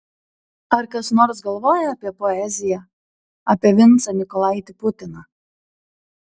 ar kas nors galvoja apie poeziją apie vincą mykolaitį putiną